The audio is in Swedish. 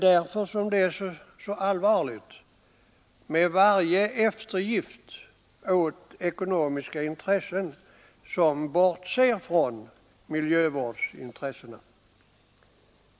Därför är det så allvarligt med varje eftergift åt ekonomiska intressen som bortser från miljövårdsintressena.